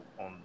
on